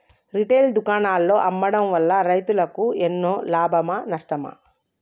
Retail దుకాణాల్లో అమ్మడం వల్ల రైతులకు ఎన్నో లాభమా నష్టమా?